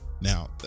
Now